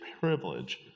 privilege